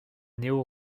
néo